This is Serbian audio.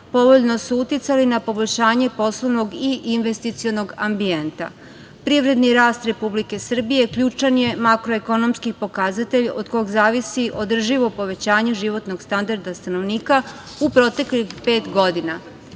povoljno su uticali na poboljšanje poslovnog i investicionog ambijenta. Privredni rast Republike Srbije ključan je makroekonomski pokazatelj od kog zavisi održivo povećanje životnog standarda stanovnika u proteklih pet